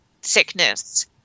sickness